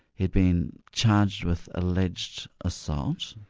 he'd been charged with alleged assault.